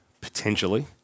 Potentially